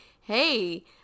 hey